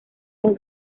con